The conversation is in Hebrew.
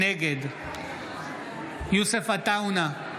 נגד יוסף עטאונה,